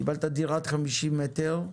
קיבלת דירת חמישים מטר,